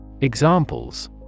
Examples